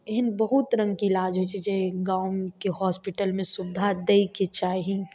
एहन बहुत रङ्गके इलाज होइ छै जे गाँवके हॉस्पिटल मे सुवधा दयके चाही